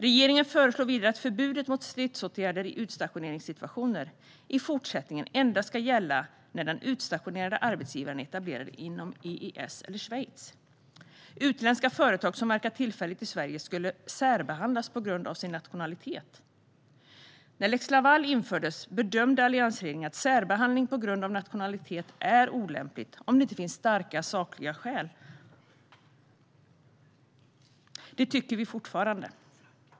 Regeringen föreslår vidare att förbudet mot stridsåtgärder i utstationeringssituationer i fortsättningen endast ska gälla när den utstationerande arbetsgivaren är etablerad inom EES eller Schweiz. Utländska företag som verkar tillfälligt i Sverige skulle särbehandlas på grund av sin nationalitet. När lex Laval infördes bedömde alliansregeringen att särbehandling på grund av nationalitet är olämpligt om det inte finns starka sakliga skäl. Det tycker vi fortfarande.